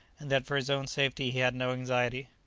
and that for his own safety he had no anxiety.